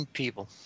people